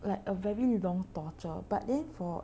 a f~ like a very long torture but then for